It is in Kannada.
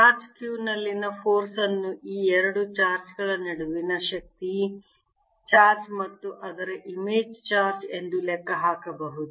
ಚಾರ್ಜ್ q ನಲ್ಲಿನ ಫೋರ್ಸ್ ಅನ್ನು ಈ ಎರಡು ಚಾರ್ಜ್ಗಳ ನಡುವಿನ ಶಕ್ತಿ ಚಾರ್ಜ್ ಮತ್ತು ಅದರ ಇಮೇಜ್ ಚಾರ್ಜ್ ಎಂದು ಲೆಕ್ಕಹಾಕಬಹುದು